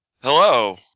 Hello